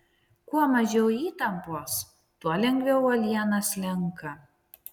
kuo mažiau įtampos tuo lengviau uoliena slenka